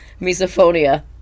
Misophonia